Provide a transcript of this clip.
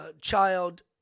child